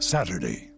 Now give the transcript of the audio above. Saturday